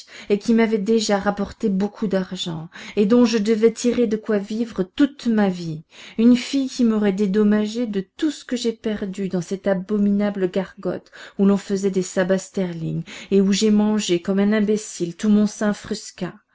et qui m'avait déjà rapporté beaucoup d'argent et dont je devais tirer de quoi vivre toute ma vie une fille qui m'aurait dédommagé de tout ce que j'ai perdu dans cette abominable gargote où l'on faisait des sabbats sterlings et où j'ai mangé comme un imbécile tout mon